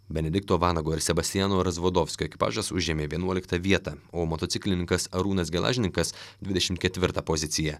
benedikto vanago ir sebastiano rasvadovskio ekipažas užėmė vienuoliktą vietą o motociklininkas arūnas gelažninkas dvidešimt ketvirtą poziciją